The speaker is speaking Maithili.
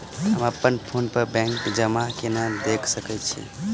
हम अप्पन फोन पर बैंक जमा केना देख सकै छी?